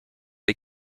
les